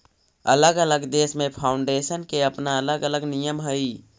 अलग अलग देश में फाउंडेशन के अपना अलग अलग नियम हई